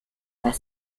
was